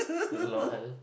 lol